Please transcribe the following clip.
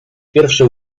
pierwsze